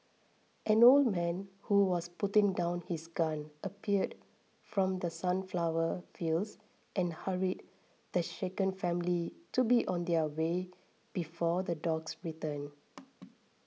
an old man who was putting down his gun appeared from the sunflower fields and hurried the shaken family to be on their way before the dogs return